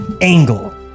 angle